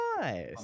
Nice